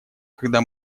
когда